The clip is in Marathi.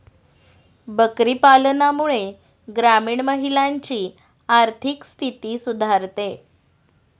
बकरी पालनामुळे ग्रामीण महिलांची आर्थिक स्थिती सुधारते